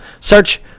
Search